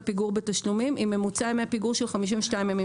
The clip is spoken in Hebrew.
פיגור בתשלומים עם ממוצע ימי פיגור של 52 ימים,